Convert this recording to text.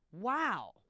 wow